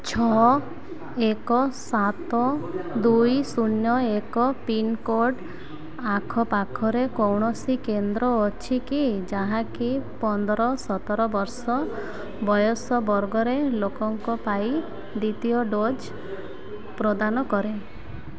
ଛଅ ଏକ ସାତ ଦୁଇ ଶୂନ ଏକ ପିନ୍କୋଡ଼୍ ଆଖପାଖରେ କୌଣସି କେନ୍ଦ୍ର ଅଛି କି ଯାହାକି ପନ୍ଦର ସତର ବର୍ଷ ବୟସ ବର୍ଗରେ ଲୋକଙ୍କ ପାଇଁ ଦ୍ୱିତୀୟ ଡୋଜ୍ ପ୍ରଦାନ କରେ